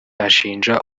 ashinja